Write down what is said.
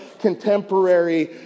contemporary